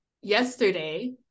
yesterday